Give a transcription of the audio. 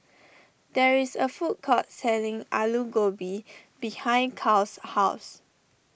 there is a food court selling Alu Gobi behind Kyle's house